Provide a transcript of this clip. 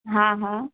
हा हा